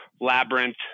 labyrinth